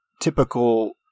typical